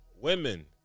women